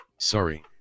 Sorry